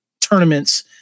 tournaments